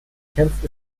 kämpft